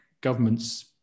governments